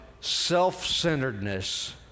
self-centeredness